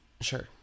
Sure